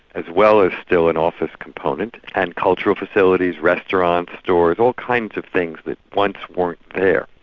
as well as still an office component, and cultural facilities, restaurants, stores, all kinds of things that once weren't there.